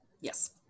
Yes